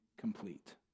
complete